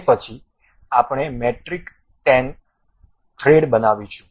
તે પછી આપણે મેટ્રિક 10 થ્રેડ બનાવીશું